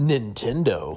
Nintendo